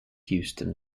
houston